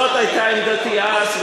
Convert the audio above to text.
זאת היתה עמדתי אז,